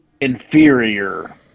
inferior